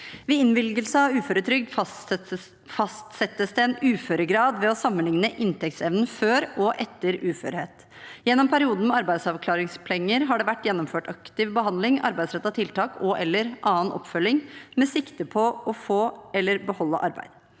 Ved innvilgelse av uføretrygd fastsettes det en uføregrad ved å sammenligne inntektsevnen før og etter uførheten. Gjennom perioden med arbeidsavklaringspenger har det vært gjennomført aktiv behandling, arbeidsrettede tiltak og/eller annen oppfølging med sikte på å få eller beholde arbeid.